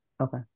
Okay